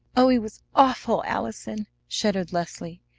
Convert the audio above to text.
oh, he was awful, allison! shuddered leslie.